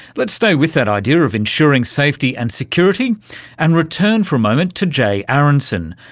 let's stay with that idea of ensuring safety and security and return for a moment to jay aronson,